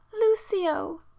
Lucio